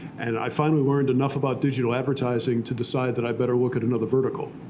and i finally learned enough about digital advertising to decide that i better look at another vertical.